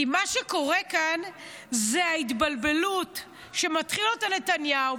מה שקורה כאן זו ההתבלבלות שמתחיל אותה נתניהו.